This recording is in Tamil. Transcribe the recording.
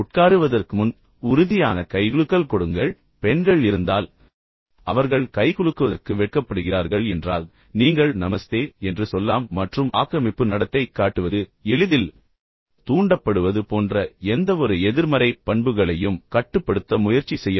உட்காருவதற்கு முன் உறுதியான கைகுலுக்கல் கொடுங்கள் அல்லது பெண்கள் இருந்தால் பின்னர் அவர்கள் கைகுலுக்குவதற்கு வெட்கப்படுகிறார்கள் என்றால் நீங்கள் நமஸ்தே என்று சொல்லலாம் மற்றும் ஆக்கிரமிப்பு நடத்தை காட்டுவது எளிதில் தூண்டப்படுவது போன்ற எந்தவொரு எதிர்மறை பண்புகளையும் கட்டுப்படுத்த முயற்சி செய்யவும்